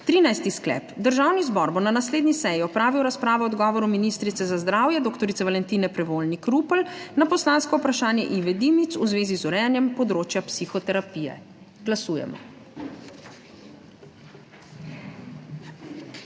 13. sklep: Državni zbor bo na naslednji seji opravil razpravo o odgovoru ministrice za zdravje dr. Valentine Prevolnik Rupel na poslansko vprašanje Ive Dimic v zvezi z urejanjem področja psihoterapije. Glasujemo.